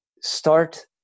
start